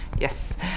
Yes